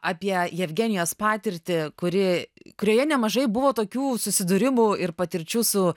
apie jevgenijaus patirtį kuri kurioje nemažai buvo tokių susidūrimų ir patirčių su